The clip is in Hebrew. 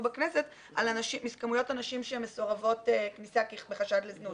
בכנסת על כמויות הנשים שמסורבות כניסה בחשד לזנות.